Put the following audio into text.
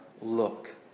look